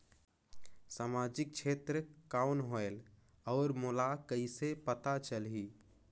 समाजिक क्षेत्र कौन होएल? और मोला कइसे पता चलही?